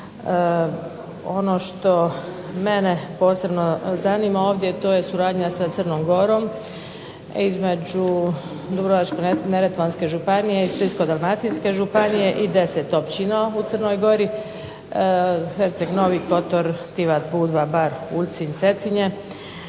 Ono što mene posebno zanima ovdje to je suradnja sa Crnom Gorom između Dubrovačko-neretvanske županije i Splitsko-dalmatinske županije i 10 općina u Crnoj Gori – Herceg Novi, Kotor, Tivar, Budva, Bar, Ulcinj, Cetinje